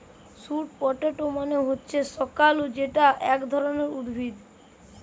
sweet potato মানে হচ্ছে শাকালু যেটা এক ধরণের উদ্ভিদ